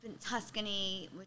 Tuscany